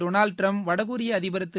Donald டிரம்ப்பும் வடகொரிய அதிபர் திரு